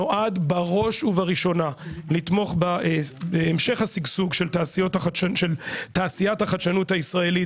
נועד בראש ובראשונה לתמוך בהמשך השגשוג של תעשיית החדשנות הישראלית,